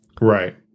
Right